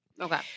Okay